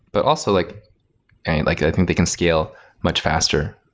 but also, like and like i think they can scale much faster,